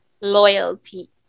loyalty